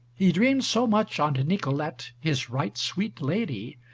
he dreamed so much on nicolete his right sweet lady,